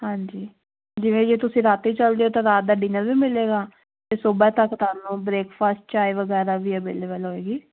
ਹਾਂਜੀ ਜਿਵੇਂ ਜੇ ਤੁਸੀਂ ਰਾਤੇ ਚਲਦੇ ਹੋ ਤਾਂ ਰਾਤ ਦਾ ਡਿਨਰ ਵੀ ਮਿਲੇਗਾ ਤੇ ਸਵੇਰੇ ਤੱਕ ਤੁਹਾਨੂੰ ਬ੍ਰੇਕਫਾਸਟ ਚਾਹੇ ਵਗੈਰਾ ਵੀ ਅਵੇਲੇਬਲ ਹੋਏਗੀ